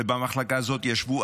ובמחלקה הזאת ישבו.